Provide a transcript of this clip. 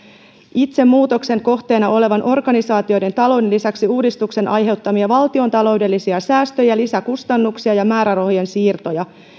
itse muutoksen kohteena olevien organisaatioiden talouden lisäksi uudistuksen aiheuttamia valtiontaloudellisia säästöjä lisäkustannuksia ja määrärahojen siirtoja